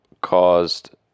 caused